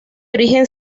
origen